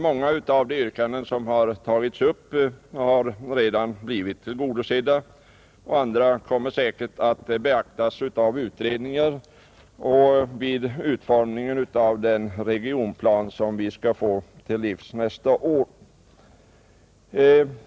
Många av de yrkanden som gjorts har redan blivit tillgodosedda, och andra kommer säkert att beaktas av utredningar och vid utformningen av den regionplan som vi skall få till livs nästa år.